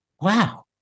Wow